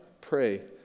pray